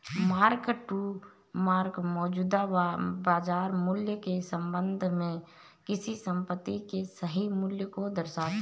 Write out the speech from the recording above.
mark to market मौजूदा बाजार मूल्य के संबंध में किसी संपत्ति के सही मूल्य को दर्शाता है